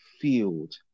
field